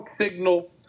signal